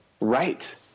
Right